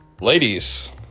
Ladies